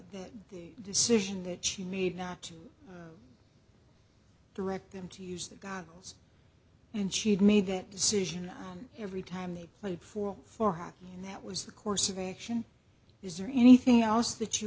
the decision that she made not to direct them to use the goggles and she had made that decision every time they played for four hockey and that was the course of action is there anything else that you